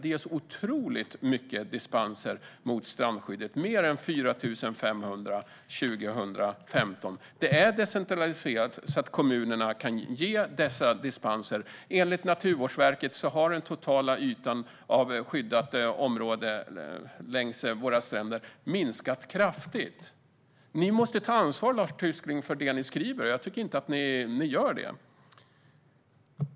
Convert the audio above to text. Det ges otroligt många dispenser från strandskyddet - mer än 4 500 år 2015. Det är decentraliserat så att kommunerna kan ge dessa dispenser. Enligt Naturvårdsverket har den totala ytan av skyddade områden längs våra stränder minskat kraftigt. Ni måste ta ansvar, Lars Tysklind, för det som ni skriver. Jag tycker inte att ni gör det.